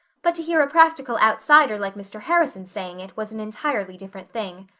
but to hear a practical outsider like mr. harrison saying it was an entirely different thing.